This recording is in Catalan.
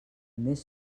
més